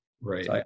Right